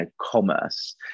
commerce